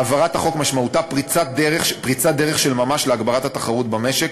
העברת החוק משמעותה פריצת דרך של ממש בהגברת התחרות במשק,